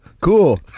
Cool